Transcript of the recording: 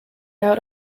out